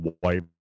white